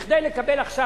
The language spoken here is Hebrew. כדי לקבל עכשיו,